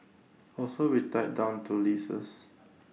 also we tied down to leases